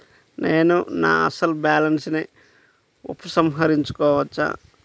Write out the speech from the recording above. నేను నా అసలు బాలన్స్ ని ఉపసంహరించుకోవచ్చా?